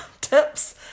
tips